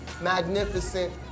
magnificent